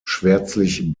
schwärzlich